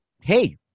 hey